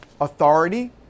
authority